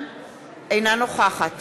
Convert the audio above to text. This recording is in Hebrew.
אינה נוכחת